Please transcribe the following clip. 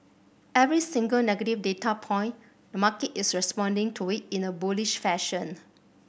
every single negative data point the market is responding to it in a bullish fashion